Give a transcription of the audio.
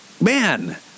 man